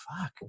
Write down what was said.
Fuck